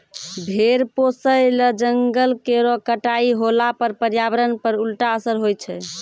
भेड़ पोसय ल जंगल केरो कटाई होला पर पर्यावरण पर उल्टा असर होय छै